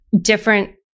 different